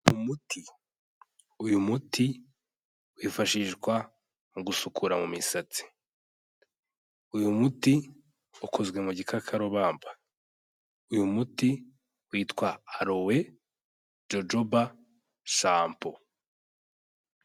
Umuti, uyu muti wifashishwa mu gusukura mu misatsi. Uyu muti ukozwe mu gikakarubamba. Uyu muti witwa arowe jojoba shampo.